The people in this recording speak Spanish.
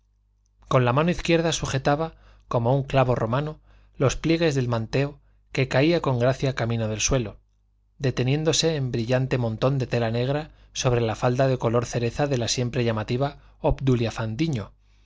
con la mano izquierda sujetaba como con un clavo romano los pliegues del manteo que caía con gracia camino del suelo deteniéndose en brillante montón de tela negra sobre la falda de color cereza de la siempre llamativa obdulia fandiño